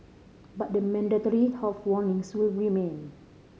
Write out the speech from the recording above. but the mandatory health warnings will remain